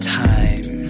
time